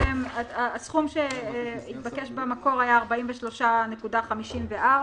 הסכום שהתבקש במקור היה 43.54,